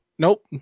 Nope